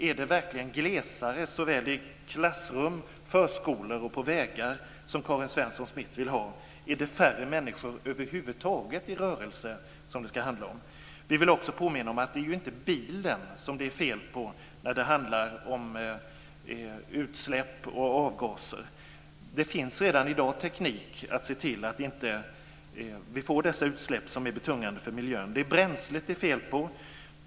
Vill Karin Svensson Smith verkligen att det ska bli glesare såväl i klassrum och förskolor som på vägar? Är det färre människor i rörelse över huvud taget som det handlar om? Vi vill också påminna om att det inte är bilen som det är fel på när det handlar om utsläpp och avgaser. De finns redan i dag teknik för att se till att vi inte får dessa utsläpp som är betungande för miljön. Det är bränslet det är fel på.